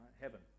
Heaven